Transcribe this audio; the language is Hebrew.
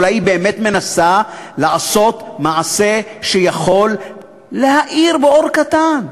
אולי היא באמת מנסה לעשות מעשה שיכול להאיר באור קטן,